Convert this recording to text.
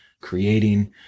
creating